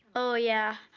oh yeah,